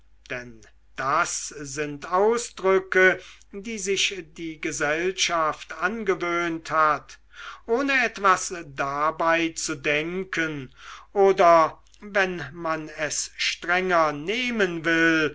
denn das sind ausdrücke die sich die gesellschaft angewöhnt hat ohne etwas dabei zu denken oder wenn man es strenger nehmen will